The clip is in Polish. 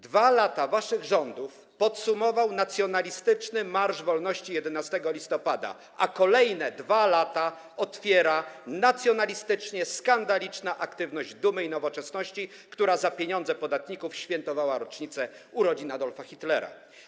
2 lata waszych rządów podsumował nacjonalistyczny marsz wolności w dniu 11 listopada, a kolejne 2 lata otwiera nacjonalistycznie skandaliczna aktywność Dumy i Nowoczesności, która za pieniądze podatników świętowała rocznicę urodzin Adolfa Hitlera.